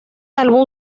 álbum